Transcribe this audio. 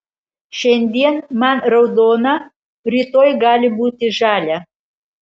šiandien man raudona rytoj gali būti žalia